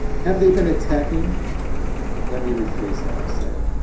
have they been attacking let me rephrase that, i said,